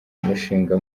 umushinga